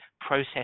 process